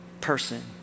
person